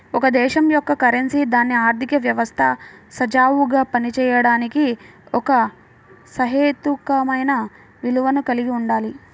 ఒక దేశం యొక్క కరెన్సీ దాని ఆర్థిక వ్యవస్థ సజావుగా పనిచేయడానికి ఒక సహేతుకమైన విలువను కలిగి ఉండాలి